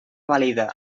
vàlida